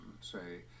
say